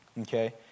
Okay